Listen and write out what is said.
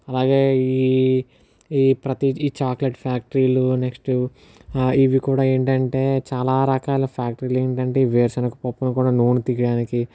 అలాగే ఈ ఈ ప్రతి ఈ చాక్లెట్ ఫ్యాక్టరీలు నెక్స్ట్ ఇవి కూడా ఏంటి అంటే చాలా రకాల ఫ్యాక్టరీలు ఏంటి అంటే వేరుశనగపప్పును కూడా నూనె తీయడానికి